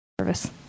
service